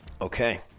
Okay